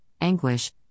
anguish